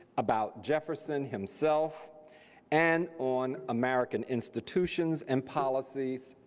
about jefferson himself and on american institutions and policies